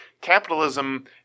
capitalism